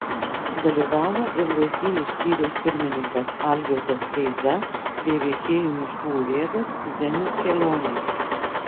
dalyvavo ir lazdijų skyriaus pirmininkas algirdas kreiza bei veisiejų miškų urėdas zenius želionis